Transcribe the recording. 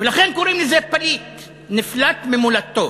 ולכן קוראים לזה "פליט" נפלט ממולדתו.